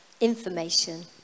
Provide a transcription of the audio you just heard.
information